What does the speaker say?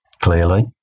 clearly